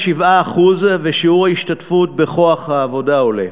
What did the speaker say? מ-7% ושיעור ההשתתפות בכוח העבודה עולה.